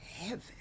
heaven